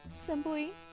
simply